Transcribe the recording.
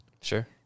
Sure